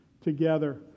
together